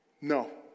No